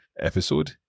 episode